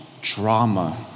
drama